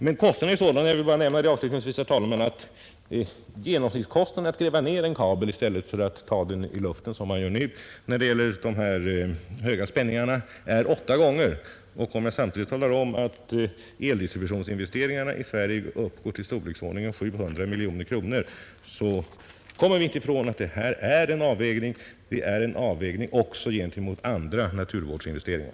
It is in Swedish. Men, herr talman, låt mig bara avslutningsvis nämna att kostnaderna genomsnittligt blir åtta gånger större för att gräva ned en kabel med så här höga spänningar än för att dra ledningarna genom luften, såsom man nu gör. Om jag samtidigt säger att eldistributionsinvesteringarna i Sverige ligger i storleksordningen 700 miljoner kronor, så kan vi inte bortse från att det här måste bli en avvägning också gentemot andra naturvårdsinvesteringar.